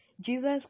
Jesus